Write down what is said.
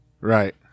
right